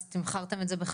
אז תמחרתם את זה בחסר.